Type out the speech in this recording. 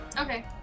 Okay